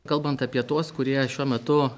kalbant apie tuos kurie šiuo metu